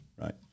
right